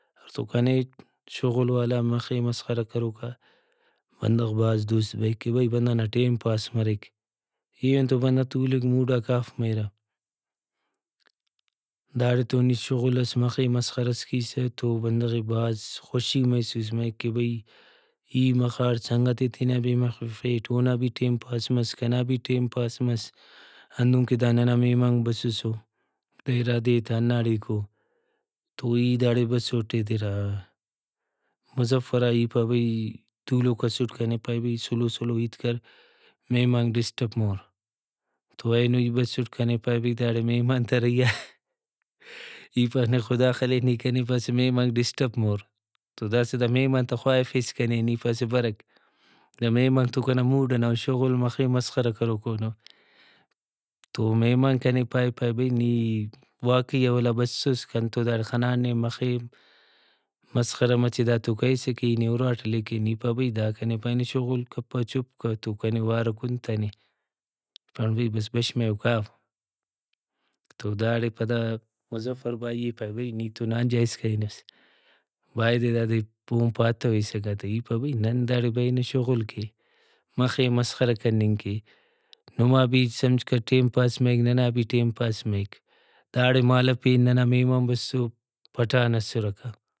اور تو کنے شغل والا مخے مسخرہ کروکا بندغ بھاز دوست بریک کہ بھئی بندغ نا ٹائم پاس مریک ایہن تو بندغ تولک موڈاک آف مریرہ ۔داڑے تو نی شغل ئس مخے مسخرہ ئس کیسہ تو بندغے بھاز خوشی محسوس مریک کہ بھئی ای مخاٹ سنگتے تینا بھی مخفیٹ اونا بھی ٹائم پاس کنا بھی ٹائم پاس مس ہندن کہ دا ننا مہمانک بسسو دا اِرا دے ئے تا ہنداڑیکو تو ای داڑے بسُٹ اے دیرا مظفرا ای پاو بھئی تولوک اسٹ کنے پائے بھئی سلو سلو ہیت کر مہمانک ڈسٹرب مرور تو اینو ای بسُٹ کنے پائے بھئی داڑے مہمان تا رہی آ (Lauging)ای پاوہ نے خدا خلے نی کنے پاسہ مہمانک ڈسٹرب مرور تو داسہ دا مہمان تا خواہفیس کنے نی پاسہ برک دا مہمانک تو کنا موڈ ئنا او شغل مخے مسخرہ کروکونو تو مہمان کنے پائے پائے بھئی نی واقعی اولا بسُس کنتو داڑے خناٹ نے مخے مسخرہ مچہ داڑتو کریسہ کہ ای نے ہُراٹ لیکن ای پاو بھئی دا کنے پایئنے شغل کپہ چُپ کہ تو کنے وارہ کنتنے ای پارینٹ بھئی بس بش مریو کاو تو داڑے پدا مظفر بھائی ئے پائے بھئی نی تو ناجائز کرینس بایدے دادے اوہن پاتویسکہ تہ ای پاو بھئی نن داڑے برینہ شغل کہ مخے مسخرہ کننگ کہ نما بھی سمجھکہ ٹائم پاس مریک ننا بھی ٹائم پاس مریک داڑے مالو پین ننا مہمان بسو پٹھان اسرکہ